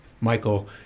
Michael